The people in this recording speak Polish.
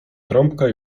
trąbka